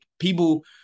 people